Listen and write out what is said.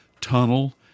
tunnel